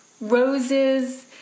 roses